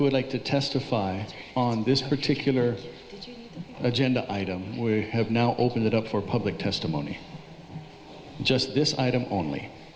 who would like to testify on this particular agenda item we have no open that up for public testimony just this item only